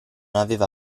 aveva